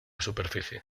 superficie